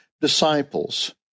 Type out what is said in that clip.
disciples